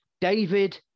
David